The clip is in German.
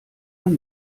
man